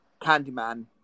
Candyman